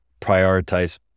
prioritize